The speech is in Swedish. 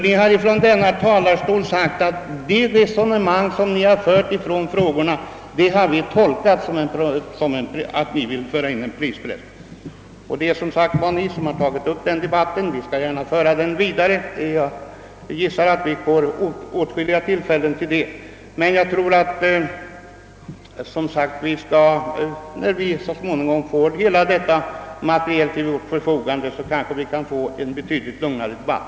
Ni har från denna talarstol förklarat att ni har tolkat vårt resonemang så att vi vill föra in en prispress, Det är som sagt ni som har tagit upp debatten. Vi skall gärna föra den vidare, och jag gissar att vi får åtskilli ga tillfällen till det. När vi så småningom får allt material till vårt förfogande tror jag emellertid att vi kan få en betydligt lugnare debatt.